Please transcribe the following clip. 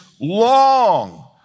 long